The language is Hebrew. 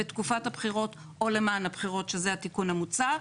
בתקופת הבחירות או למען הבחירות שזה התיקון המוצע,